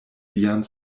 vian